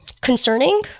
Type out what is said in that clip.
concerning